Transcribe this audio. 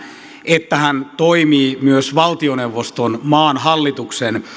että hän toimii myös valtioneuvoston maan hallituksen